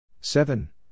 seven